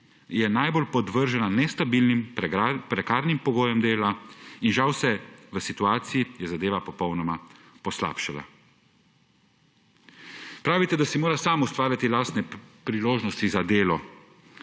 najbolj podvržena nestabilnim, prekarnim pogojem dela in žal se je v situaciji zadeva popolnoma poslabšala. Pravite, da si mora sam ustvarjati lastne priložnosti za delo,